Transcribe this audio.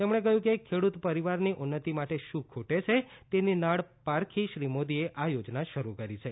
તેમણે કહ્યું કે ખેડૂત પરિવારની ઉન્નતિ માટે શું ખૂટે છે તેની નાડ પારખી શ્રી મોદીએ આ યોજના શરૂ કરી છે